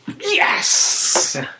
Yes